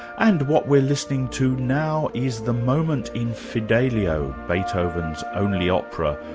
and what we're listening to now is the moment in fidelio, beethoven's only opera,